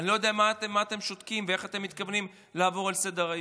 אני לא יודע מה אתם שותקים ואיך אתם מתכוונים לעבור לסדר-היום.